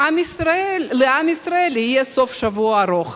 לעם ישראל יהיה סוף-שבוע ארוך.